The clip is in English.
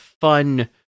fun